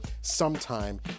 sometime